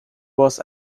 was